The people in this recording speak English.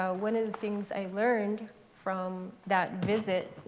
ah one of the things i learned from that visit